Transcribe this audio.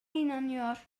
inanıyor